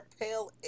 pale